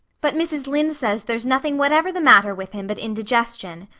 but mrs. lynde says there's nothing whatever the matter with him but indigestion.